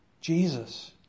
Jesus